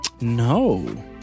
No